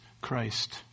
Christ